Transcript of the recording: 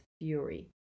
fury